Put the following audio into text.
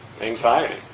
anxiety